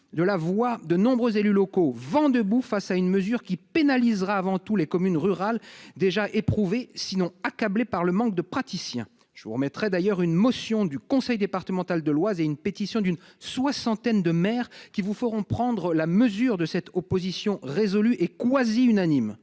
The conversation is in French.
de la voix de nombreux élus locaux, vent debout face à une mesure qui pénalisera avant tout les communes rurales déjà éprouvées, sinon accablées, par le manque de praticiens. Je vous remettrai d'ailleurs une motion du conseil départemental de l'Oise et une pétition d'une soixantaine de maires qui vous feront prendre la mesure de cette opposition résolue et quasi unanime.